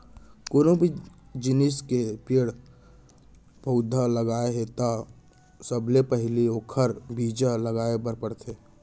कोनो भी जिनिस के पेड़ पउधा लगाना हे त सबले पहिली ओखर बीजा लगाए बर परथे